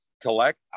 collect